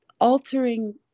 altering